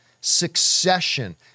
Succession